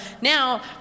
now